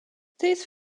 these